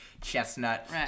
Chestnut